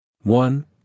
One